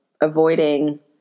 avoiding